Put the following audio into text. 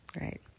right